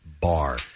bar